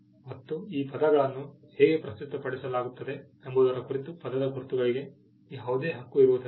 ಮತ್ತು ಈ ಪದಗಳನ್ನು ಹೇಗೆ ಪ್ರಸ್ತುತಪಡಿಸಲಾಗುತ್ತದೆ ಎಂಬುದರ ಕುರಿತು ಪದದ ಗುರುತುಗಳಿಗೆ ಯಾವುದೇ ಹಕ್ಕು ಇರುವುದಿಲ್ಲ